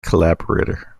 collaborator